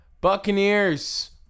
Buccaneers